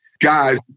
guys